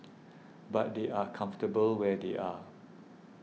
but they are comfortable where they are